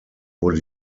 wurde